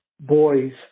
boys